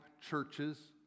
churches